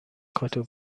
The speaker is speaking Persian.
کادو